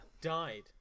died